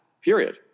period